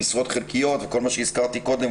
במשרות חלקיות וכל מה שהזכרתי קודם,